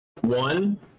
one